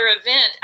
event